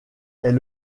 est